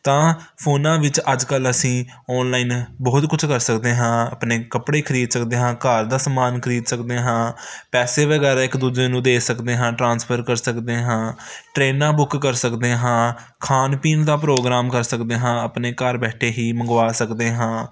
ਤਾਂ ਫੋਨਾਂ ਵਿੱਚ ਅੱਜ ਕੱਲ੍ਹ ਅਸੀਂ ਓਨਲਾਈਨ ਬਹੁਤ ਕੁਝ ਕਰ ਸਕਦੇ ਹਾਂ ਆਪਣੇ ਕੱਪੜੇ ਖਰੀਦ ਸਕਦੇ ਹਾਂ ਘਰ ਦਾ ਸਮਾਨ ਖਰੀਦ ਸਕਦੇ ਹਾਂ ਪੈਸੇ ਵਗੈਰਾ ਇੱਕ ਦੂਜੇ ਨੂੰ ਦੇ ਸਕਦੇ ਹਾਂ ਟ੍ਰਾਂਸਫਰ ਕਰ ਸਕਦੇ ਹਾਂ ਟ੍ਰੇਨਾਂ ਬੁੱਕ ਕਰ ਸਕਦੇ ਹਾਂ ਖਾਣ ਪੀਣ ਦਾ ਪ੍ਰੋਗਰਾਮ ਕਰ ਸਕਦੇ ਹਾਂ ਆਪਣੇ ਘਰ ਬੈਠੇ ਹੀ ਮੰਗਵਾ ਸਕਦੇ ਹਾਂ